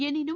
எனினும்